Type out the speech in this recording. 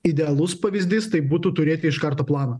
idealus pavyzdys tai būtų turėti iš karto planą